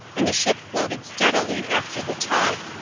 and the ship floated steadily after the tug.